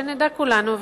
שנדע כולנו,